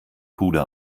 puder